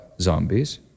zombies